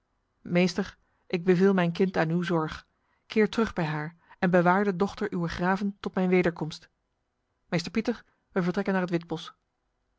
meester ik beveel mijn kind aan uw zorg keer terug bij haar en bewaar de dochter uwer graven tot mijn wederkomst meester pieter wij vertrekken naar het witbos